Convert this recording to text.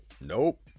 nope